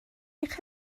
eich